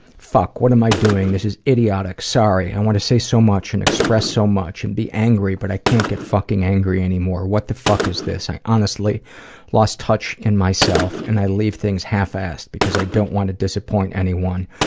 fuck, what am i doing? this is idiotic. sorry. i want to say so much and express so much and be angry, but i can't get fucking angry anymore. what the fuck is this? i honestly lost touch in myself and i leave things half-assed because i don't want to disappoint anyone.